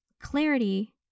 clarity